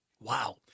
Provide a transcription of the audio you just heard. Wow